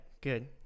good